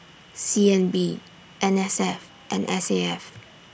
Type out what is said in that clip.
C N B N S F and S A F